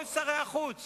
כל שרי החוץ